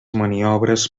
maniobres